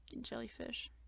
jellyfish